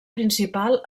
principal